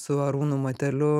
su arūnu mateliu